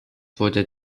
wurde